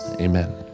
Amen